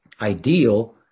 ideal